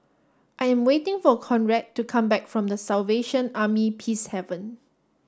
I am waiting for Conrad to come back from The Salvation Army Peacehaven